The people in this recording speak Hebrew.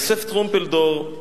יוסף טרומפלדור,